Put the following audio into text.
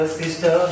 sister